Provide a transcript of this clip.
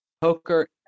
poker